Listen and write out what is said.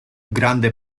grande